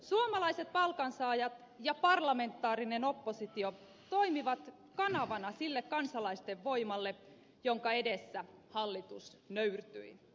suomalaiset palkansaajat ja parlamentaarinen oppositio toimivat kanavana sille kansalaisten voimalle jonka edessä hallitus nöyrtyi